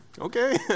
okay